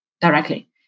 directly